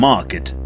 market